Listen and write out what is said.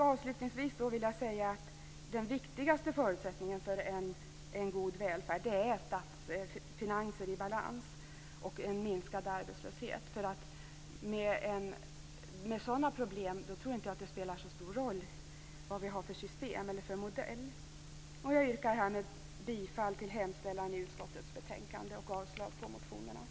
Avlsutningsvis vill jag säga att den viktigaste förutsättningen för en god välfärd är statsfinanser i balans och en minskad arbetslöshet. Med sådana problem tror jag inte att det spelar så stor roll vad vi har för modell. Jag yrkar härmed bifall till hemställan i utskottets betänkande och avslag på motionerna.